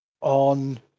on